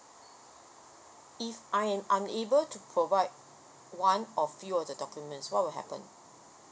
if I'm unable to provide one of few of the documents what would happen